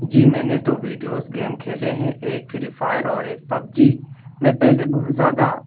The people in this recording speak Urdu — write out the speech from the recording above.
جی میں نے دو ویڈیوز گیم کھیلے ہیں ایک پھری فائر اور ایک پب جی میں پہلے بہت زیادہ